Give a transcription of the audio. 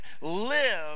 live